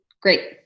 great